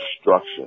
Structure